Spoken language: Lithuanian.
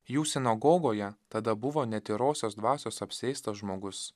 jų sinagogoje tada buvo netyrosios dvasios apsėstas žmogus